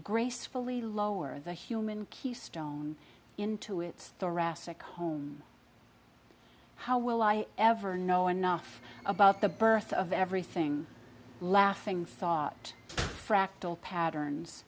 gracefully lower the human keystone into its thoracic home how will i ever know enough about the birth of everything laughing thought